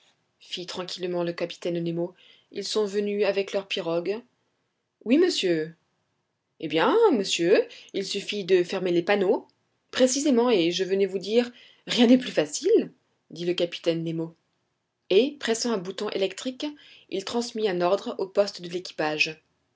fit tranquillement le capitaine nemo ils sont venus avec leurs pirogues oui monsieur eh bien monsieur il suffit de fermer les panneaux précisément et je venais vous dire rien n'est plus facile dit le capitaine nemo et pressant un bouton électrique il transmit un ordre au poste de l'équipage